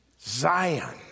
Zion